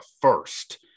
first